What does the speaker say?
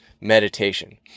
meditation